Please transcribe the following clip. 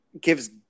gives